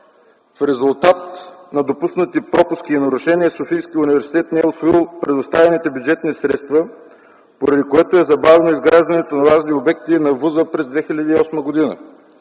в резултат на допуснати пропуски и нарушения, Софийският университет не е усвоил предоставените бюджетни средства, поради което е забавено изграждането на важни обекти на висшето учебно